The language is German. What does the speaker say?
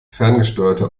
ferngesteuerte